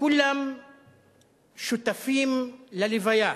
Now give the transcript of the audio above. כולם שותפים ללוויה.